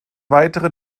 weitere